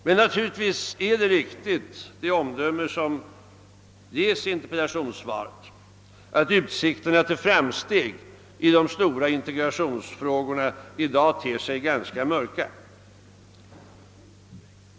Men naturligtvis är det omdöme riktigt som handelsministern gör i interpellationssvaret, nämligen att utsikterna till framsteg i de stora integrationsfrågorna i dag ter sig ganska mörka.